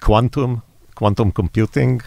קוואנטום, קוואנטום קומפיוטינג